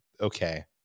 Okay